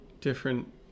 different